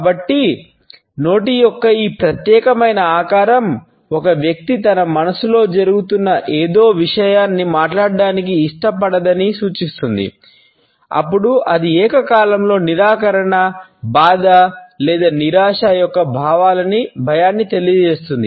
కాబట్టి నోటి యొక్క ఈ ప్రత్యేకమైన ఆకారం ఒక వ్యక్తి తన మనస్సులో జరుగుతున్న ఏదో విషయాన్నిమాట్లాడటానికి ఇష్టపడదని సూచిస్తుంది అప్పుడు అది ఏకకాలంలో నిరాకరణ బాధ లేదా నిరాశ యొక్క భయాన్ని తెలియజేస్తుంది